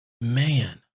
man